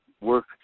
work